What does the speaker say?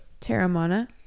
Terramana